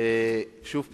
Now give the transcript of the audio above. שוב פעם,